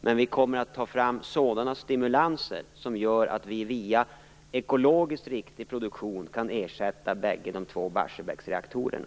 Men vi kommer att ta fram sådana stimulanser som gör att vi via ekologiskt riktig produktion kan ersätta de två Barsebäcksreaktorerna.